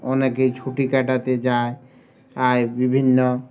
অনেকেই ছুটি কাটাতে যায় আয় বিভিন্ন